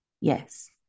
Yes